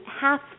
half